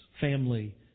family